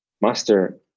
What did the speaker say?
Master